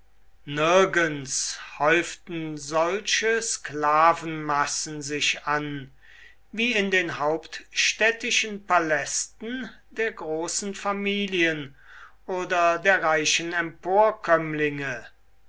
nirgends häuften solche sklavenmassen sich an wie in den hauptstädtischen palästen der großen familien oder der reichen